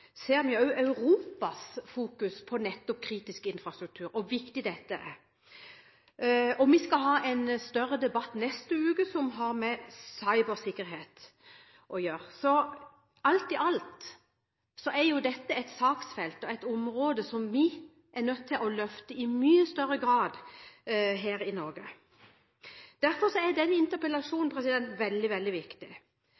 ser vi at også Europa har fokus på nettopp kritisk infrastruktur og hvor viktig dette er. Neste uke skal vi ha en større debatt som har med cybersikkerhet å gjøre. Alt i alt er dette et saksfelt og et område vi er nødt til å løfte i mye større grad her i Norge. Derfor er